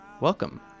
Welcome